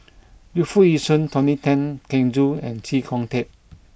Yu Foo Yee Shoon Tony Tan Keng Joo and Chee Kong Tet